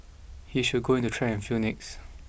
he should go into track and field next